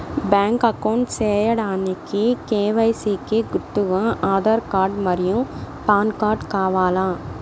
Bank account సేయడానికి KYC కి గుర్తుగా ఆధార్ కార్డ్ మరియు పాన్ కార్డ్ కావాలా?